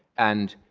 and